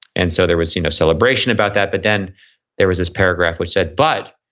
and so there was you know celebration about that, but then there was this paragraph which said but,